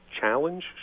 challenge